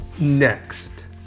Next